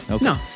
No